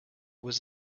was